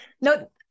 no